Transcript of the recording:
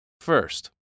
First